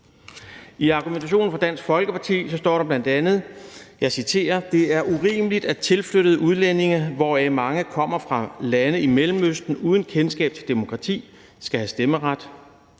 I argumentationen fra Dansk Folkeparti står der bl.a., og jeg citerer: Det er »urimeligt, at tilflyttede udlændinge, hvoraf mange kommer fra lande i mellemøsten uden kendskab til demokrati, skal have stemmeret.